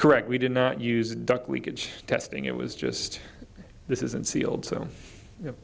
correct we did not use duct we could testing it was just this isn't sealed so y